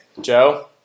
Joe